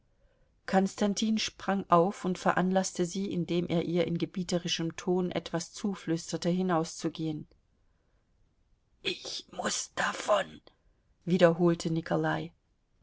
konstantin sprang auf und veranlaßte sie indem er ihr in gebieterischem ton etwas zuflüsterte hinauszugehen ich muß davon wiederholte nikolai